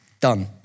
done